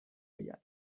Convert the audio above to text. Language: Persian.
آید